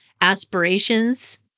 aspirations